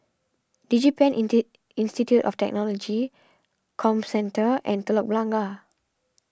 DigiPen Institute of Technology Comcentre and Telok Blangah